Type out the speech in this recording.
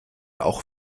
auch